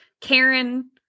Karen